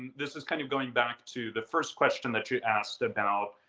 this is kind of going back to the first question that you asked about,